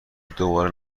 دوباره